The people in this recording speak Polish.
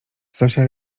zosia